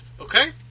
okay